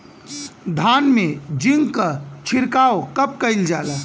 धान में जिंक क छिड़काव कब कइल जाला?